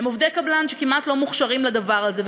הם עובדי קבלן שכמעט לא מוכשרים לדבר הזה,